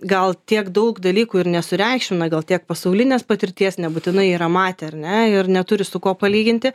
gal tiek daug dalykų ir nesureikšmina gal tiek pasaulinės patirties nebūtinai yra matę ar ne ir neturi su kuo palyginti